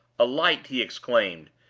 a light! he exclaimed,